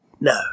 No